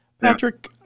Patrick